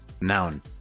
Noun